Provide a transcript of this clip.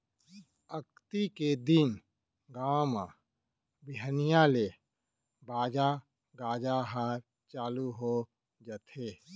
अक्ती के दिन गाँव म बिहनिया ले बाजा गाजा ह चालू हो जाथे